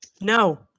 No